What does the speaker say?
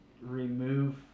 remove